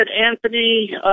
Anthony